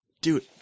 Dude